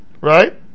Right